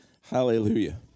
Hallelujah